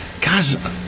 guys